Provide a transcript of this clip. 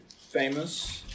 famous